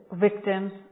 victims